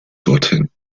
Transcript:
dorthin